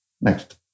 Next